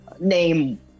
name